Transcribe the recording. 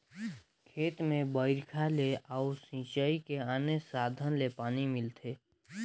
खेत में बइरखा ले अउ सिंचई के आने साधन ले पानी मिलथे